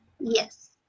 Yes